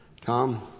Tom